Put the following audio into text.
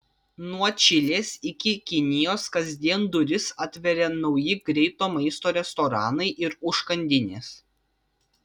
nuo čilės iki kinijos kasdien duris atveria nauji greito maisto restoranai ir užkandinės